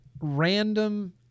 random